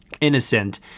innocent